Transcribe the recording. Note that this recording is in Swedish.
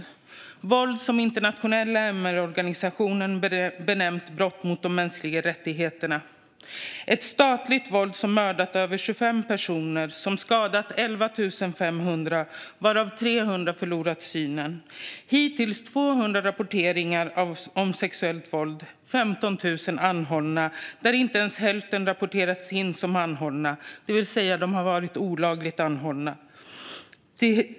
Det är våld som internationella MR-organisationer har benämnt brott mot de mänskliga rättigheterna. Det statliga våldet har inneburit att fler än 25 personer har mördats. Vidare har 11 500 har skadats, varav 300 har förlorat synen. Hittills har sexuellt våld rapporterats i 200 fall. Och 15 000 har anhållits, där inte ens hälften har rapporterats in som anhållna. De har alltså varit olagligt anhållna.